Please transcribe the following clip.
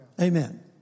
Amen